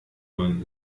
man